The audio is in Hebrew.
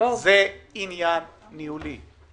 זה עניין ניהולי.